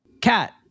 cat